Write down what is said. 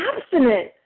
abstinent